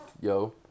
yo